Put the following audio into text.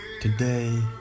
Today